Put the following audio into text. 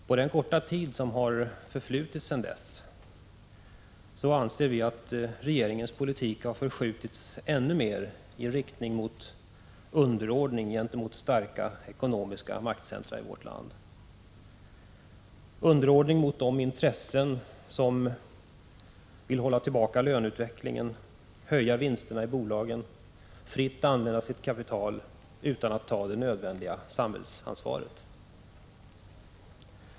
På den korta tid som förflutit sedan dess har regeringens politik förskjutits ännu mer i riktning mot en underordning gentemot starka ekonomiska maktcentra i vårt land och de intressen som de har av att hålla tillbaka lönerna, höja vinsterna i bolagen och fritt få använda sitt kapital utan att ta det nödvändiga samhällsansvaret.